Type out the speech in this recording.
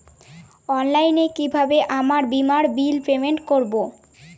অনলাইনে কিভাবে আমার বীমার বিল পেমেন্ট করবো?